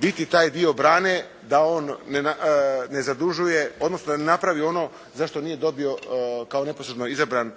biti taj dio brane da on ne zadužuje, odnosno da ne napravi ono za što nije dobio kao neposredno izabran